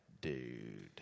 dude